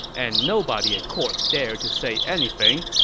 and nobody at court dared to say anything,